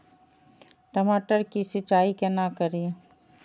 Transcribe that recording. टमाटर की सीचाई केना करी?